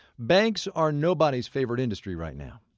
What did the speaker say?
banks are nobody's favorite industry right now.